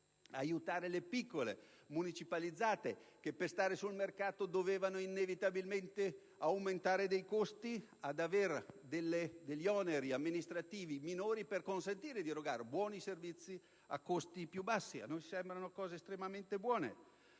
aiutare le piccole aziende municipalizzate, che per stare sul mercato dovevano inevitabilmente aumentare i costi, ad avere oneri amministrativi minori, per consentire loro di erogare buoni servizi a costi più bassi. A noi sembra assai interessante quella